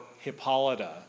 Hippolyta